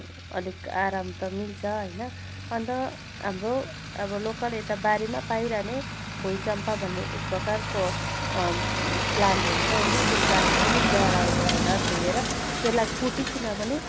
अलिक आराम त मिल्छ होइन अन्त हाम्रो लोकल यता बारीमा पाइरहने भुई चम्फा भन्ने एकप्रकारको प्लान्ट हुन्छ होइन त्यो प्लान्टको पनि जरा उखालेर धोएर त्यसलाई कुटिकन पनि